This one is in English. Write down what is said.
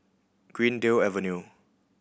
Greendale Avenue